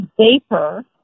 Vapor